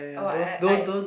orh I I I